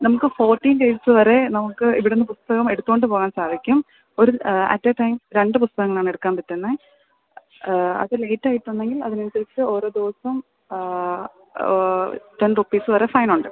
നമുക്ക് fourteen days വരെ നമുക്ക് ഇവിടെ നിന്ന് പുസ്തകം എടുത്തുകൊണ്ട് പോകാൻ സാധിക്കും ഒരു അറ്റ് എ ടൈം രണ്ട് പുസ്തകങ്ങൾ ആണ് എടുക്കാൻ പറ്റുന്നത് അത് ലേറ്റായിട്ടുണ്ടെങ്കിൽ അതിന് അനുസരിച്ച് ഓരോ ദിവസം ഓ ടെൻ റുപ്പീസ് വരെ ഫൈനുണ്ട്